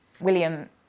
William